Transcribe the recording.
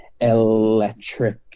electric